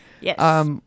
Yes